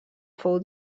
fou